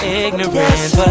ignorance